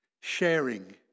sharing